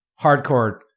hardcore